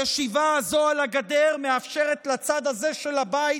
הישיבה הזו על הגדר מאפשרת לצד הזה של הבית